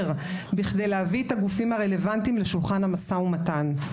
בכדי להביא את הגופים הרלוונטיים לשולחן המשא ומתן.